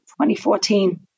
2014